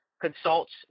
consults –